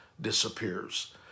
disappears